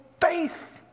faith